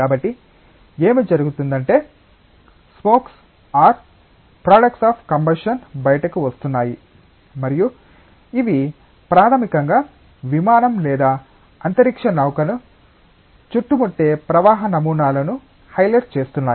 కాబట్టి ఏమి జరుగుతుందంటే smokes or products of combustion బయటకు వస్తున్నాయి మరియు ఇవి ప్రాథమికంగా విమానం లేదా అంతరిక్ష నౌకను చుట్టుముట్టే ప్రవాహ నమూనాలను హైలైట్ చేస్తున్నాయి